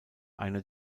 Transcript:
einer